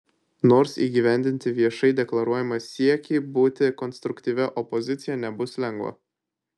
nors įgyvendinti viešai deklaruojamą siekį būti konstruktyvia opozicija nebus lengva